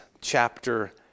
chapter